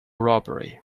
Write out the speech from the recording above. robbery